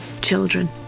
children